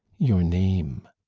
your name.